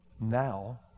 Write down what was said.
Now